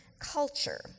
culture